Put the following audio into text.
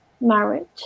marriage